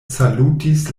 salutis